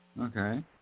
Okay